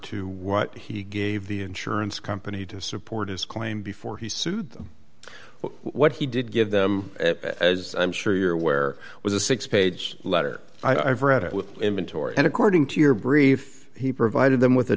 to what he gave the insurance company to support his claim before he sued them well what he did give them as i'm sure you're aware was a six page letter i've read it with inventory and according to your brief he provided them with a